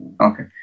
Okay